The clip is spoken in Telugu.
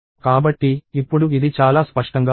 కాబట్టి ఇప్పుడు ఇది చాలా స్పష్టంగా ఉంది